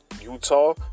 Utah